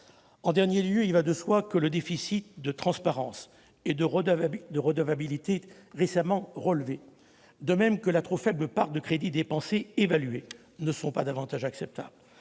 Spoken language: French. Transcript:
En dernier lieu, il va de soi que le déficit de transparence et de « redevabilité » récemment relevé, de même que la trop faible part des crédits dépensée et évaluée, ne sont pas acceptables.